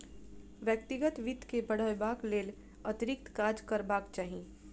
व्यक्तिगत वित्त के बढ़यबाक लेल अतिरिक्त काज करबाक चाही